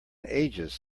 ages